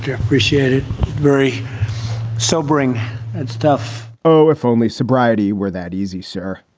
yeah appreciate it. very sobering and stuff oh, if only sobriety were that easy, sir.